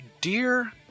Dear